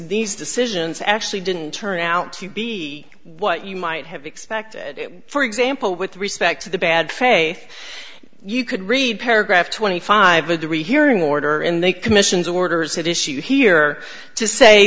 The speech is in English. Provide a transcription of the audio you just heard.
these decisions actually didn't turn out to be what you might have expected for example with respect to the bad faith you could read paragraph twenty five of the rehearing mordor in the commission's orders that issue here to say